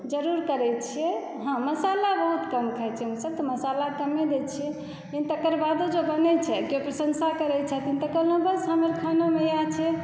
जरूर करै छिए हँ मसाला बहुत कम खाइ छिए हमसब तऽ मसाला कमे दै छिए लेकिन तकर बादो जँ बनै छै किओ प्रशंसा करय छथिन तऽ कहलहुँ बस हमर खानामे इएह छै